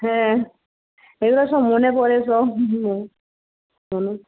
হ্যাঁ এগুলো সব মনে পড়ে সব নিয়ে হ্যাঁ